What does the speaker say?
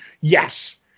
yes